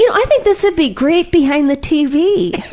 you know i think this would be great behind the tv!